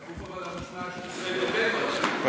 אבל אתה כפוף למשמעת של ישראל ביתנו עכשיו.